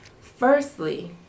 firstly